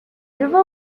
river